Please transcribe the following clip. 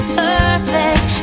perfect